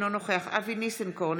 אינו נוכח אבי ניסנקורן,